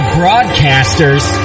broadcasters